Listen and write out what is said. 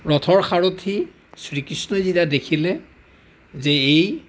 ৰথৰ সাৰথি শ্ৰীকৃষ্ণই যেতিয়া দেখিলে যে এই